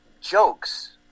jokes